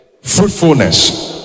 Fruitfulness